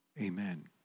Amen